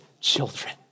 children